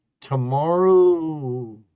tomorrow